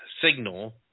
signal